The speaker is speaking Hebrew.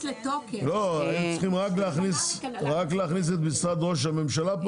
הם צריכים רק להכניס את משרד ראש הממשלה.